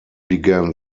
began